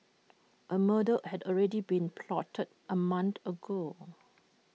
A murder had already been plotted A month ago